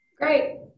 Great